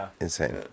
insane